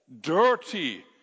dirty